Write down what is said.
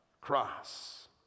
cross